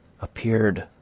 appeared